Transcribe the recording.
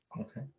Okay